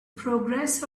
progress